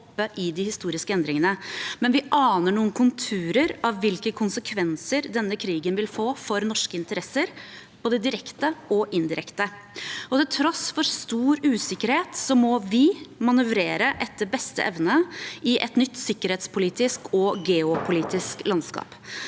når vi står midt oppi dem, men vi aner noen konturer av hvilke konsekvenser denne krigen vil få for norske interesser, både direkte og indirekte. Til tross for stor usikkerhet må vi manøvrere etter beste evne i et nytt sikkerhetspolitisk og geopolitisk landskap.